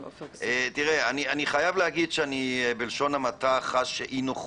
אני חייב להגיד שאני בלשון המעטה חש אי נוחות,